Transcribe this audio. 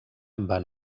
van